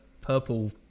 purple